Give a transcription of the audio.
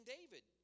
David